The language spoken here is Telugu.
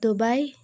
దుబాయ్